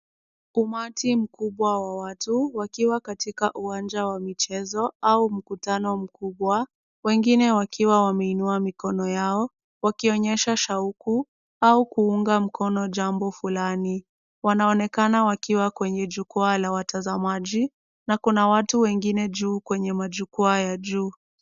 Umati mkubwa wa watu wakiwa katika uwanja wa michezo au mkutano mkubwa, wengine wakiwa wameinua mikono yao wakionyesha shauku au kuunga mkono jambo fulani. Wanaonekana wakiwa kwenye jukwaa la watazamaji na kuna watu wengine juu kwenye majukwaa ya juu.